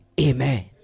Amen